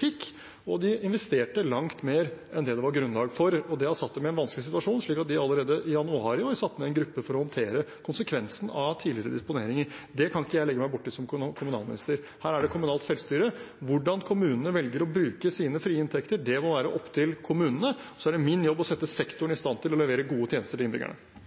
fikk, og de investerte langt mer enn det var grunnlag for. Det har satt dem i en vanskelig situasjon, og allerede i januar i år satte de ned en gruppe for å håndtere konsekvensen av tidligere disponeringer. Det kan ikke jeg som kommunalminister legge meg borti. Her er det kommunalt selvstyre. Hvordan kommunene velger å bruke sine frie inntekter, må være opp til kommunene. Så er det min jobb å sette sektoren i stand til å levere gode tjenester til innbyggerne.